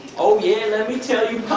oh yeah, let me tell you,